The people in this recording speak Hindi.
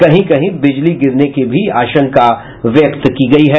कहीं कहीं बिजली गिरने की भी आशंका व्यक्त की गयी है